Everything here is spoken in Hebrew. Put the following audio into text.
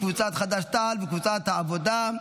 קבוצת חד"ש-תע"ל וקבוצת העבודה.